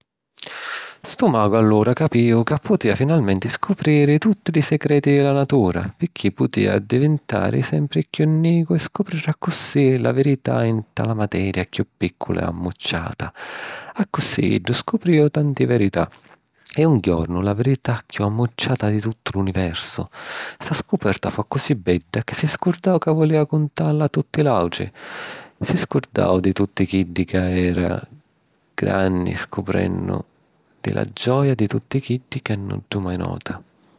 Stu magu allura capìu ca putìa finalmenti scupriri tutti li secreti di la natura, picchì putìa addivintari sempri chiù nicu e scopriri accussì la virità nta la materia chiù pìcciula e ammucciata. Accussì iddu scoprìu tanti verità e un jornu la virità chiù ammucciata di tuttu l’universu. Sta scuperta fu accussì bedda ca si scurdau ca vulìa cuntalla a tutti l’àutri. Si scurdau di tuttu chiddu ca era granni scuprennu di la gioia di tuttu chiddu ca nuddu mai nota.